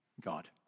God